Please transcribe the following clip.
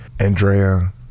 Andrea